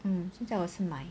um 现在我是买